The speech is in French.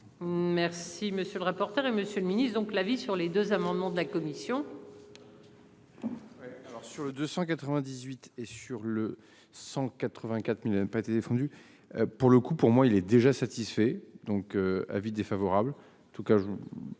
Merci monsieur le rapporteur. Et Monsieur le Ministre, donc la vie sur les deux amendements de la commission. Alors. Sur le 298 et sur le 184.000 n'même pas été défendue. Pour le coup, pour moi il est déjà satisfait donc avis défavorable